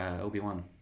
Obi-Wan